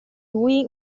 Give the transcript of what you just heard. lui